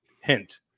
Hint